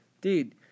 Dude